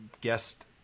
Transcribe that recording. guest